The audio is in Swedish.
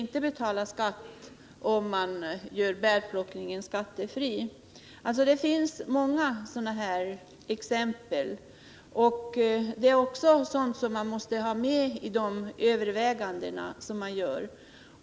Men tjänar han eller hon dessa pengar som hemsamarit måste skatt erläggas. Det finns många sådana exempel, och detta måste man ha med i de överväganden som man gör.